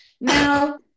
Now